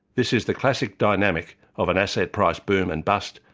this is the classic dynamic of an asset price boom and bust,